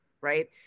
Right